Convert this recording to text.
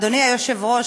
אדוני היושב-ראש,